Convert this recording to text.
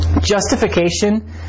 Justification